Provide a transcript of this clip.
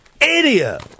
idiot